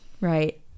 Right